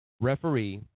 Referee